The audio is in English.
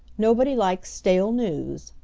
nobody likes stale news,